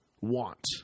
want